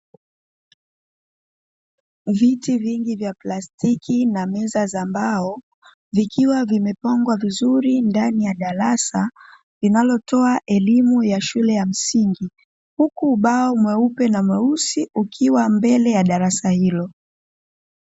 Viti vingi vya plastiki na meza za mbao vikiwa vimepangwa vizuri ndani ya darasa linalotoa elimu ya shule ya msingi, huku ubao mweupe na mweusi ukiwa mbele ya darasa hilo.